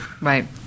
Right